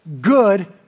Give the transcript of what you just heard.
good